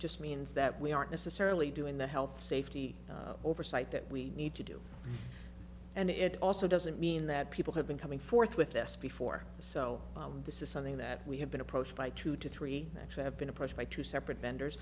just means that we aren't necessarily doing the health safety oversight that we need to do and it also doesn't mean that people have been coming forth with this before so this is something that we have been approached by two to three actually have been approached by two separate vendors